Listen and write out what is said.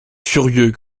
furieux